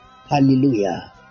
hallelujah